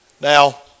Now